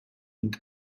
энд